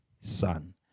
son